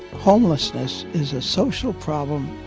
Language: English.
homelessness is a social problem